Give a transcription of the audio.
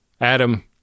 adam